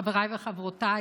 חבריי וחברותיי,